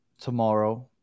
tomorrow